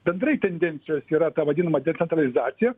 bendrai tendencijos yra ta vadinama decentralizacija